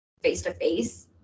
face-to-face